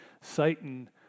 Satan